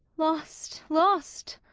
lost! lost!